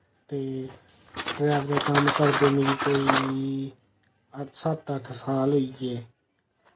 ते ड्रैवर कम्म करदे मिकी कोई सत्त अट्ठ साल होई गे